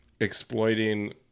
exploiting